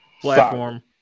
platform